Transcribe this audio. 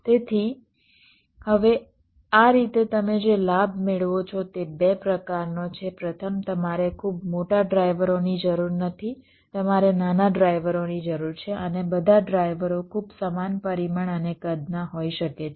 તેથી હવે આ રીતે તમે જે લાભ મેળવો છો તે 2 પ્રકારનો છે પ્રથમ તમારે ખૂબ મોટા ડ્રાઇવરોની જરૂર નથી તમારે નાના ડ્રાઇવરોની જરૂર છે અને બધા ડ્રાઇવરો ખૂબ સમાન પરિમાણ અને કદના હોઈ શકે છે